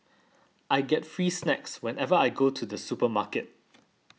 I get free snacks whenever I go to the supermarket